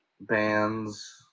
bands